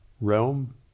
realm